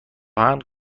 آهن